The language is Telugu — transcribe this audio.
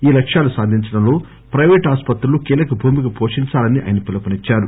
ఈ లక్ష్యాలు సాధించడంలో ప్రైవేటు ఆసుపత్రులు కీలక భూమిక పోషించాలని ఆయన పిలుపునిచ్చారు